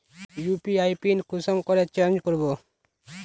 UPI PIN कुंसम करे change करबो?